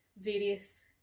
various